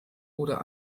oder